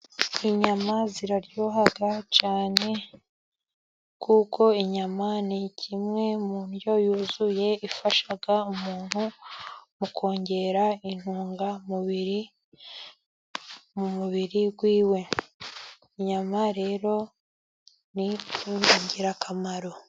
Inyama ziraryoha cyane, kuko inyama ni kimwe mu ndyo yuzuye, ifasha umuntu mu kongera intungamubiri mu mubiri wiwe. Inyama rero ni ingirakamaro.